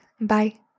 Bye